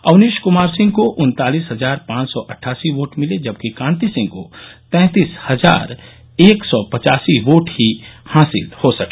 अवनीश कुमार सिंह को उन्तालिस हजार पांच सौ अट्ठासी वोट मिले जबकि कान्ति सिंह को तैंतीस हजार एक सौ पचासी वोट ही हासिल हो सके